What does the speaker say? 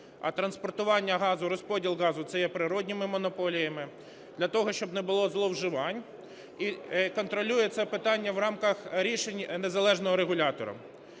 а транспортування газу і розподіл газу - це є природніми монополіями, для того щоб не було зловживань, і контролює це питання в рамках рішень незалежного регулятора.